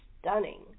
stunning